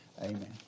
amen